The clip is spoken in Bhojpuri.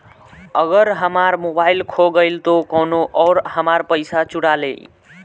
अगर हमार मोबइल खो गईल तो कौनो और हमार पइसा चुरा लेइ?